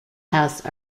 house